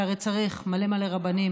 שהרי צריך מלא מלא רבנים,